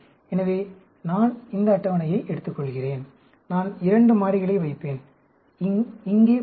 எனவே நான் இந்த அட்டவணையை எடுத்துக்கொள்கிறேன் நான் இரண்டு மாறிகளை வைப்பேன் இங்கே போலி